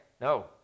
no